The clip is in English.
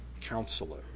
Counselor